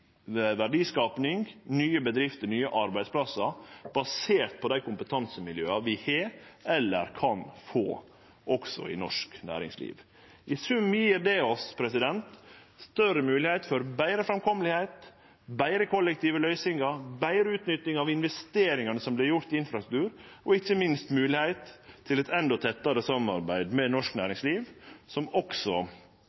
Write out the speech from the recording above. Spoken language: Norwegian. verdiskaping, nye bedrifter og nye arbeidsplassar, baserte på dei kompetansemiljøa vi har, eller kan få, i norsk næringsliv. I sum gjev det oss større moglegheit for betre framkomst, betre kollektive løysingar, betre utnytting av investeringane som vert gjorde i infrastruktur og – ikkje minst – moglegheit til eit endå tettare samarbeid med norsk